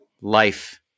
life